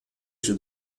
się